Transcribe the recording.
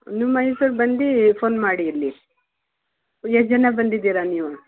ನಿಮ್ಮ ಮೈಸೂರು ಬಂದೀ ಫೋನ್ ಮಾಡಿ ಇಲ್ಲಿ ಎಷ್ಟು ಜನ ಬಂದಿದ್ದೀರಾ ನೀವು